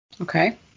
Okay